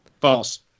false